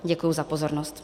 Děkuji za pozornost.